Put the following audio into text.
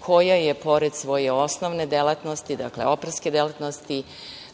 koja je pored svoje osnovne delatnosti, dakle operske delatnosti